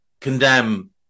condemn